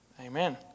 Amen